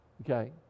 Okay